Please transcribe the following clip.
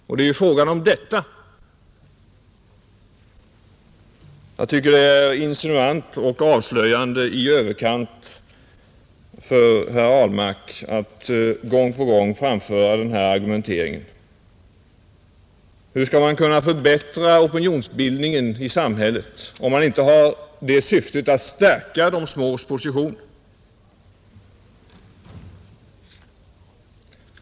Det är ju detta det gäller. Jag tycker det är insinuant och avslöjande för herr Ahlmark att han gång på gång framför denna argumentering. Hur skall man kunna förbättra opinionsbildningen i samhället, om man inte har syftet att stärka positionerna för de små pressorganen?